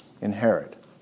inherit